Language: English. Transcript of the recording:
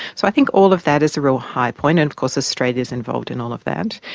so i think all of that is a real high point and of course australia's involved in all of that.